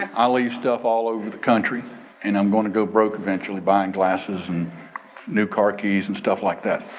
and i'll leave stuff all over the country and i'm gonna go broke eventually buying glasses and new car keys and stuff like that.